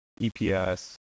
EPS